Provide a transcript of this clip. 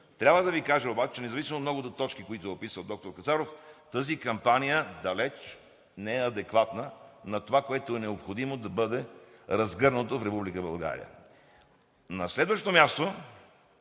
Трябва да Ви кажа обаче, че независимо многото точки, които описва доктор Кацаров, тази кампания далеч не е адекватна на това, което е необходимо да бъде разгърнато в Република България. На следващо място,